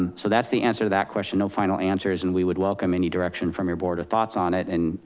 and so that's the answer to that question. no final answers. and we would welcome any direction from your board, or thoughts on it. and,